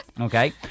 Okay